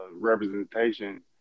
representation